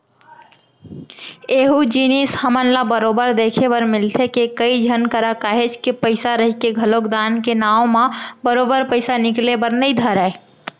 एहूँ जिनिस हमन ल बरोबर देखे बर मिलथे के, कई झन करा काहेच के पइसा रहिके घलोक दान के नांव म बरोबर पइसा निकले बर नइ धरय